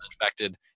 infected